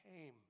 came